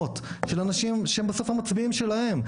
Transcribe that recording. קיומיות של אנשים שהם בסוף המצביעים שלהם,